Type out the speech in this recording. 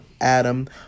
Adam